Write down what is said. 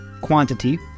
quantity